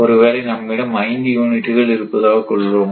ஒருவேளை நம்மிடம் 5 யூனிட்டுகள் இருப்பதாகக் கொள்வோம்